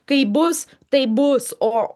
kaip bus taip bus o